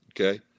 Okay